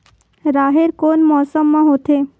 राहेर कोन मौसम मा होथे?